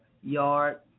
yard